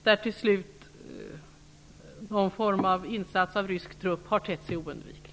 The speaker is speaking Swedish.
Där har till slut någon form av insats av rysk trupp tett sig oundviklig.